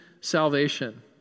salvation